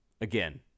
again